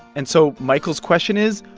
and so michael's question is,